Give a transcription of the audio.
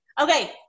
Okay